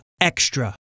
Extra